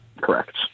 correct